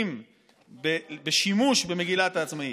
אם בשימוש במגילת העצמאות,